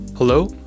Hello